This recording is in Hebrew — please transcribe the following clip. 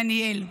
דניאל.